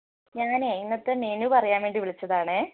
ഞാൻ ഇന്നത്ത മെനു പറയാൻ വേണ്ടി വിളിച്ചതാണെ